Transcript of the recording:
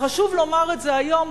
חשוב לומר את זה היום,